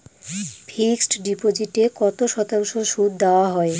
Fixed ডিপোজিটে কত শতাংশ সুদ দেওয়া হয়?